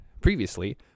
Previously